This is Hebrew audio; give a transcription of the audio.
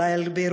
אולי על ביירות,